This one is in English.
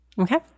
Okay